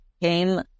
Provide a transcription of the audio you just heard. came